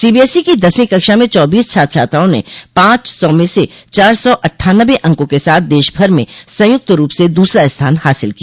CBSE की दसवीं कक्षा में चौबीस छात्र छात्राओं ने पाँच सौ में से चार सौ अठ्ठान्नबे अंकों के साथ देशभर में संयुक्त रूप से दूसरा स्थान हासिल किया